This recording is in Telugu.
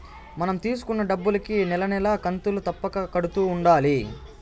మనం తీసుకున్న డబ్బులుకి నెల నెలా కంతులు తప్పక కడుతూ ఉండాలి